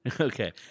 Okay